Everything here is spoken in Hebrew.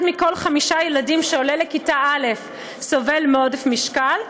אחד מכל חמישה ילדים שעולים לכיתה א' סובל מעודף משקל,